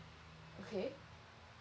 okay